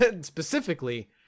Specifically